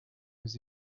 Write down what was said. was